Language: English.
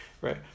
Right